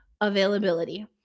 availability